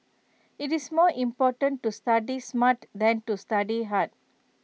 IT is more important to study smart than to study hard